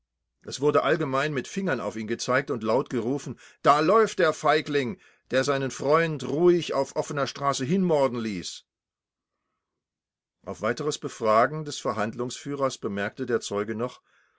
es wurde allgemein mit fingern auf ihn gezeigt und laut gerufen da läuft der feigling der seinen freund ruhig auf offener straße hinmorden ließ auf weiteres befragen des verhandlungsführers bemerkte der zeuge noch